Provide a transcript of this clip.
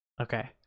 Okay